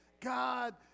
God